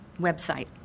website